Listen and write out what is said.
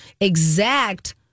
exact